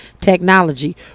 technology